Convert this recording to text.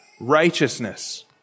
righteousness